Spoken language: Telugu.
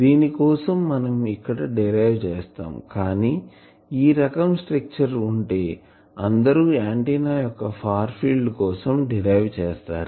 దీని కోసం మనం ఇక్కడ డిరైవ్ చేసాం కానీ ఈ రకం స్ట్రక్చర్ ఉంటే అందరు ఆంటిన్నా యొక్క ఫార్ ఫీల్డ్ కోసం డిరైవ్ చేస్తారు